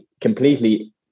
completely